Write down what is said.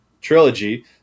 trilogy